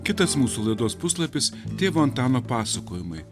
kitas mūsų laidos puslapis tėvo antano pasakojimai